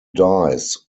dies